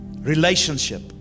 relationship